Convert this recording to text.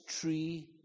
tree